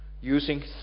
using